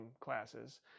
classes